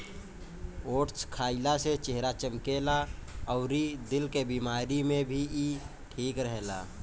oats खाइला से चेहरा चमकेला अउरी दिल के बेमारी में भी इ ठीक रहेला